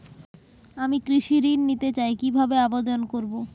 আমি কৃষি ঋণ নিতে চাই কি ভাবে আবেদন করব?